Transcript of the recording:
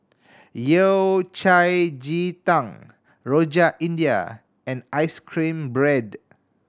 Yao Cai ji tang Rojak India and ice cream bread